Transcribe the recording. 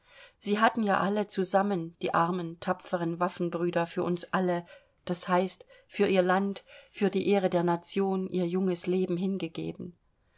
sie hatten ja alle zusammen die armen tapferen waffenbrüder für uns alle das heißt für ihr land für die ehre der nation ihr junges leben hingegeben